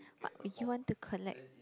but would you want to collect